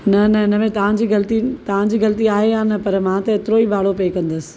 न न न हिन में तव्हांजी ग़लती तव्हांजी ग़लती आहे या न पर मां त एतिरो ई भाड़ो पे कंदसि